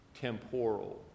temporal